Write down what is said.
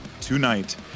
tonight